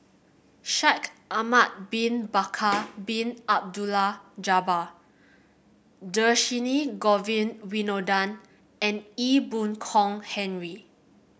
Shaikh Ahmad Bin Bakar Bin Abdullah Jabbar Dhershini Govin Winodan and Ee Boon Kong Henry